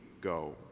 go